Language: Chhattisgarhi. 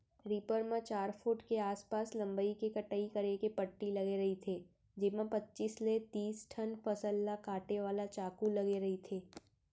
रीपर म चार फूट के आसपास लंबई के कटई करे के पट्टी लगे रहिथे जेमा पचीस ले तिस ठन फसल ल काटे वाला चाकू लगे रहिथे